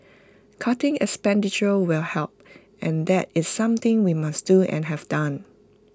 cutting expenditure will help and that is something we must do and have done